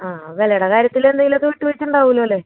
ആ വിലയുടെ കാര്യത്തിലെന്തേലൊക്കെ വിട്ടുവീഴ്ച ഉണ്ടാകൂല്ലോല്ലേ